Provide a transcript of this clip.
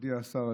מכובדי השר,